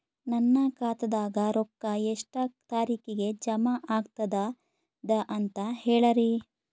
ನನ್ನ ಖಾತಾದಾಗ ರೊಕ್ಕ ಎಷ್ಟ ತಾರೀಖಿಗೆ ಜಮಾ ಆಗತದ ದ ಅಂತ ಹೇಳರಿ?